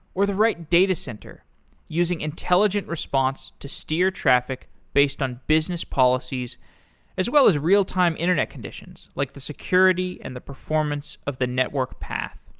or the right datacenter using intelligent response to steer traffic based on business policies as well as real time internet conditions, like the security and the performance of the network path.